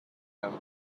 him